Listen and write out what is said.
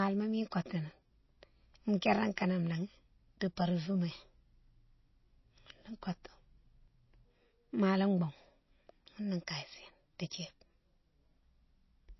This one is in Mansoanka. Malma mine kotini u'kéréne kanan né di parfumé ghounné kotou. Mal boughe ghounné kaye séne di thiébe.